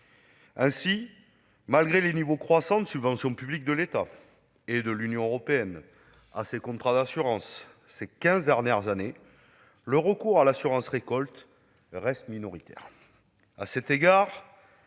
Ainsi, malgré les niveaux croissants de subvention publique de l'État et de l'Union européenne à ces contrats d'assurance ces quinze dernières années, le recours à l'assurance récolte reste minoritaire.